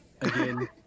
Again